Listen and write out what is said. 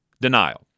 Denial